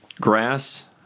Grass